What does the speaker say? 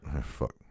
fuck